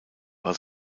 war